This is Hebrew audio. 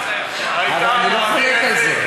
אני לא חולק על זה.